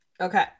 Okay